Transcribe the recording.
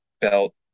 belt